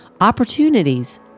opportunities